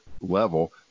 level